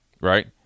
Right